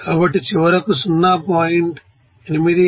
కాబట్టి చివరకు 0